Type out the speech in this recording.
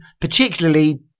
particularly